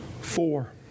Four